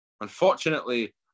Unfortunately